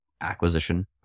acquisition